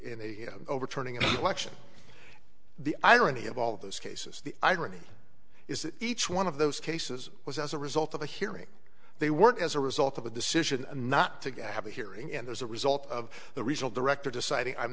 overturning an election the irony of all of those cases the irony is that each one of those cases was as a result of a hearing they work as a result of a decision not to have a hearing and there's a result of the regional director deciding i'm